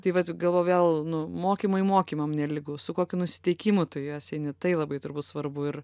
tai vat galvoju vėl nu mokymai mokymam nelygu su kokiu nusiteikimu tu į juos eini tai labai turbūt svarbu ir